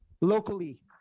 locally